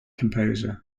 composer